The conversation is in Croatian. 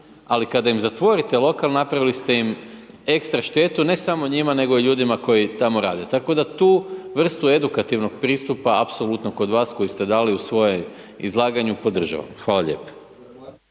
ali kada im zatvorite lokal napravili ste im ekstra štetu, ne samo njima nego i ljudima koji tamo rade, tako da tu vrstu edukativnog pristupa apsolutno kod vas koji ste dali u svoje izlaganju podržavam. Hvala lijepo.